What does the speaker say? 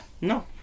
No